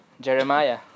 Jeremiah